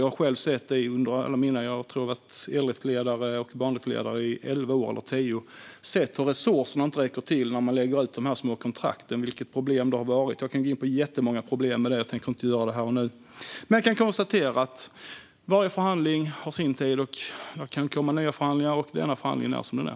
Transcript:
Jag har själv sett detta under alla mina år - jag har varit el och bandriftledare i tio eller elva år och sett hur resurserna inte räcker till när man lägger ut de här små kontrakten och vilket problem det har varit. Jag kan gå in på jättemånga problem med detta, men jag tänker inte göra det här och nu. Jag kan konstatera att varje förhandling har sin tid och att det kan komma nya förhandlingar. Denna förhandling är som den är.